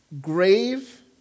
grave